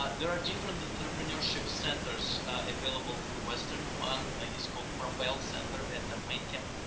ah there are different entrepreneurship centers available through western. one ah yeah is called propel center at the main campus.